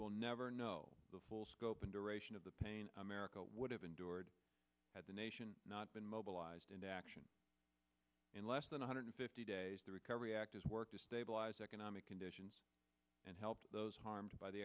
will never know the full scope and duration of the pain america would have endured had the nation not been mobilized into action in less than one hundred fifty days the recovery act is work to stabilize economic conditions and help those harmed by the